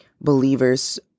believers